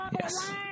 Yes